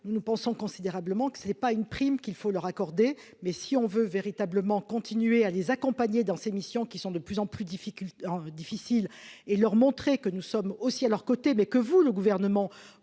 nous pensons considérablement que ce n'est pas une prime qu'il faut leur accorder, mais si on veut véritablement continuer à les accompagner dans ses missions qui sont de plus en plus difficulté difficile et leur montrer que nous sommes aussi à leurs côtés, mais que vous le gouvernement,